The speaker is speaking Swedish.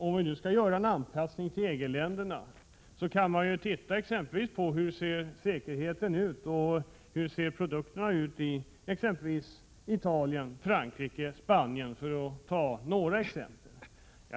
Om vi då skall göra en anpassning till EG-länderna kan vi se på hur säkerheten och produkterna ser ut exempelvis i Italien, Frankrike och Spanien, för att ta några exempel.